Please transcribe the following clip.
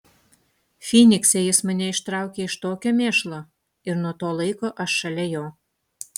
fynikse jis mane ištraukė iš tokio mėšlo ir nuo to laiko aš šalia jo